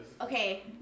okay